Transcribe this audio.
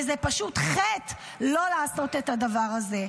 וזה פשוט חטא לא לעשות את הדבר הזה.